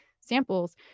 samples